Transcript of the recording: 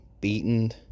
beaten